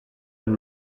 and